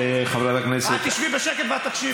חברת הכנסת, את תשבי בשקט ואת תקשיבי.